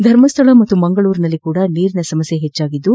ಧರ್ಮಸ್ಥಳ ಮತ್ತು ಮಂಗಳೂರಿನಲ್ಲೂ ಸಹ ನೀರಿನ ಸಮಸ್ಯೆ ಹೆಚ್ಚಾಗಿದ್ದು